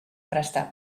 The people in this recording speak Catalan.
prestar